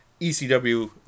ECW